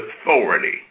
authority